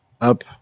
up